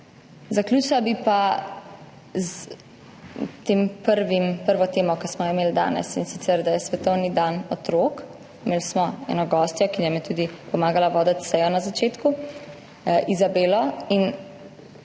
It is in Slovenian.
Zaključila pa bi s prvo temo, ki smo jo imeli danes, in sicer da je danes svetovni dan otrok. Imeli smo eno gostjo, ki nam je tudi pomagala voditi sejo na začetku, Izabelo, in